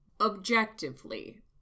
objectively